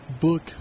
book